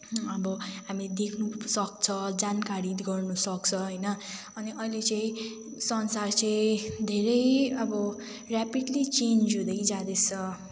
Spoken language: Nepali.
अब हामी देख्नु सक्छ जानकारी गर्नु सक्छ होइन अनि अहिले चाहिँ संसार चाहिँ धेरै अब र्यापिडली चेन्ज हुँदै जाँदैछ